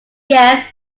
yes